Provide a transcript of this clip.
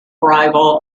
rival